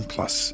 Plus